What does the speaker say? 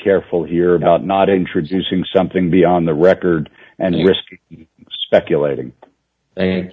careful here about not introducing something beyond the record and speculating